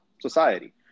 society